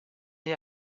née